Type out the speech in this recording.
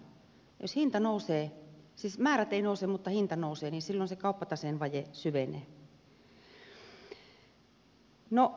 jos hinta nousee siis määrät eivät nouse mutta hinta nousee niin silloin se kauppataseen vaje syvenee